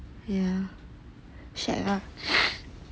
ya shag ah